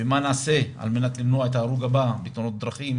ומה נעשה על מנת למנוע את ההרוג הבא בתאונות הדרכים